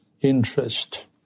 interest